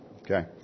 Okay